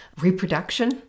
reproduction